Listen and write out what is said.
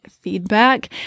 feedback